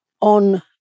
on